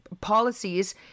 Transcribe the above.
policies